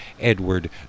Edward